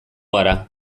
gara